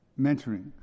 mentoring